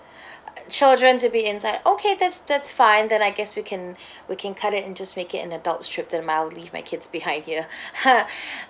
children to be inside okay that's that's fine then I guess we can we can cut it and just make it an adult's trip then I'll leave my kids behind here